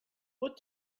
what